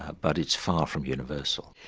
ah but it's far from universal.